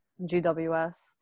GWS